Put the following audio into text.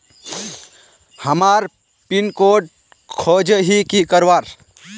हमार pin code खोजोही की करवार?